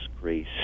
grace